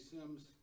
Sims